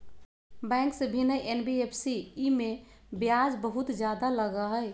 Bank से भिन्न हई एन.बी.एफ.सी इमे ब्याज बहुत ज्यादा लगहई?